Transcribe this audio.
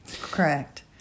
Correct